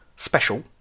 Special